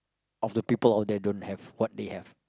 of the people of they don't have what they have